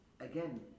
Again